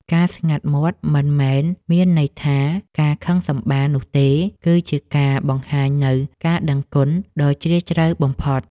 ការស្ងាត់មាត់មិនមែនមានន័យថាការខឹងសម្បារនោះទេ គឺ ជាការបង្ហាញនូវការដឹងគុណដ៏ជ្រាលជ្រៅបំផុត។